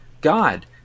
God